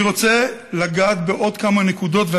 אני רוצה לגעת בעוד כמה נקודות,